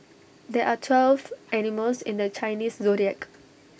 there are twelve animals in the Chinese Zodiac